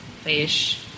fish